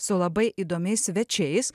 su labai įdomiais svečiais